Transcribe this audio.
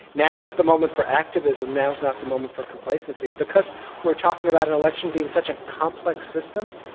now is the moment for activism. now is not the moment for complacency, and because we're talking about an election being such a complex system.